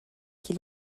qui